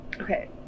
okay